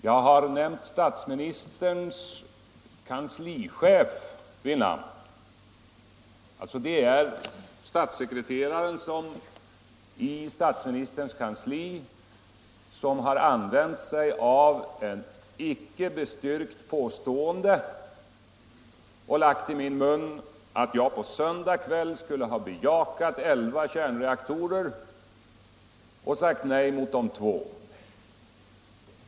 Jag har nämnt statsministerns kanslichef. Det är statssekreteraren i statsministerns kansli som har använt ett icke bestyrkt påstående som lagt i min mun att jag på söndagskvällen skulle ha bejakat elva kärnreaktorer och sagt nej till de två.